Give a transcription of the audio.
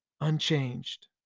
Unchanged